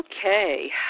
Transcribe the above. Okay